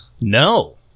No